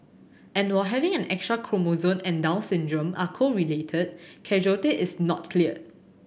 and while having an extra chromosome and Down syndrome are correlated causality is not clear